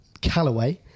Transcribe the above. Callaway